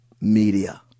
media